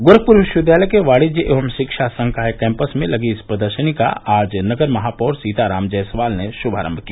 गोरखपुर विश्वविद्यालय के वाणिज्य एवं शिक्षा संकाय कैम्पस में लगी इस प्रदर्शनी का आज नगर महापौर सीताराम जायसवाल ने श्भारंभ किया